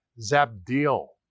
Zabdiel